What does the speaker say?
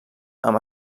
amb